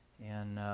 and